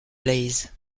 blaze